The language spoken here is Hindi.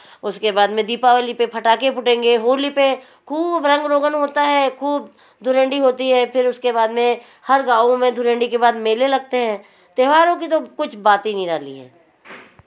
उसके बाद दीपावली पर पटाखे फूटेंगे होली पर खूब रंग रोगन होता है खूब धुरंडी होती है फिर उसके बाद में हर गाँवों में धुरंडी के बाद मेले लगते हैं त्योहारों की कुछ बात ही निराली है